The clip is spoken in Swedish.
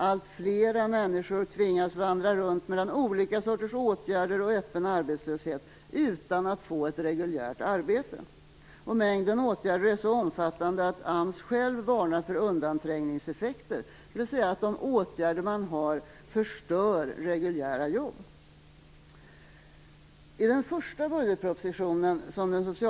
Alltfler människor tvingas vandra runt mellan olika sorters åtgärder och öppen arbetslöshet utan att få ett reguljärt arbete. Mängden åtgärder är så omfattande att AMS självt varnar för undanträngningseffekter, dvs. de åtgärder man har förstör reguljära jobb.